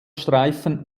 streifen